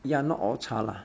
you are not all 差 lah